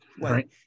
right